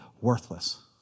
worthless